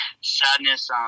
Sadness